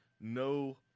no